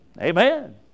Amen